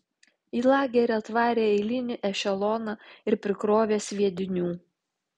į lagerį atvarė eilinį ešeloną ir prikrovė sviedinių